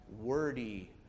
wordy